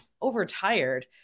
overtired